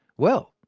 well,